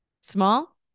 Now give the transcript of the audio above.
small